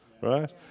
right